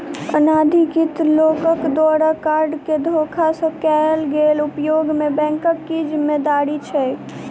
अनाधिकृत लोकक द्वारा कार्ड केँ धोखा सँ कैल गेल उपयोग मे बैंकक की जिम्मेवारी छैक?